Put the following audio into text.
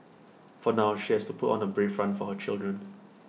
for now she has to put on A brave front for her children